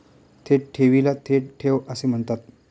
थेट ठेवीला थेट ठेव असे म्हणतात